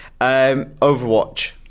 Overwatch